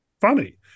funny